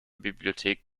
bibliothek